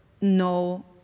No